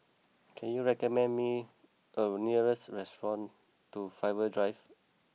can you recommend me a nearest restaurant to Faber Drive